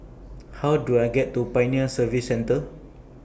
How Do I get to Pioneer Service Centre